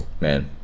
Man